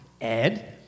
Ed